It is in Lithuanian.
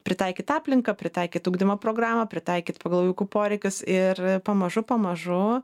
pritaikyt aplinką pritaikyt ugdymo programą pritaikyt pagal vaikų poreikius ir pamažu pamažu